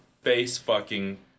face-fucking